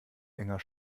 enger